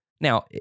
Now